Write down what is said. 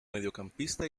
mediocampista